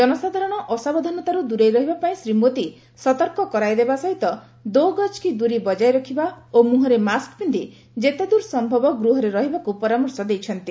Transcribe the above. ଜନସାଧାରଣ ଅସାବଧାନତାରୁ ଦୂରେଇ ରହିବା ପାଇଁ ଶ୍ରୀ ମୋଦୀ ସତର୍କ କରାଇଦେବା ସହିତ ଦୋ ଗଜ୍ କି ଦୂରୀ ବଜାୟ ରଖିବା ସହିତ ମୁହଁରେ ମାସ୍କ ପିନ୍ଧି ଯେତେଦ୍ର ସମ୍ଭବ ଗୃହରେ ରହିବାକୁ ପରାମର୍ଶ ଦେଇଛନ୍ତି